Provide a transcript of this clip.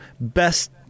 best